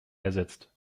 ersetzt